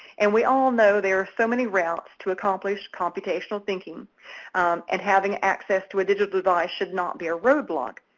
and we all know there are so many routes to accomplish computational thinking and having access to a digital device should not be a roadblock.